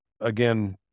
again